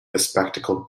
bespectacled